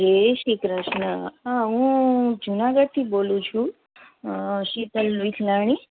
જે શ્રી ક્ર્ષ્ણ હા હું જૂનાગઢથી બોલું છુ શીતલ વિઠલાણી